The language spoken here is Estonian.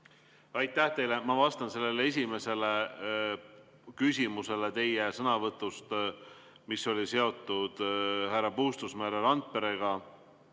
Aitäh teile! Ma vastan sellele esimesele küsimusele teie sõnavõtust, mis oli seotud härra Puustusmaa ja härra Randperega.